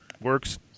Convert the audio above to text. Works